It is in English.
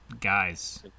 guys